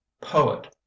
Poet